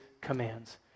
commands